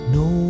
no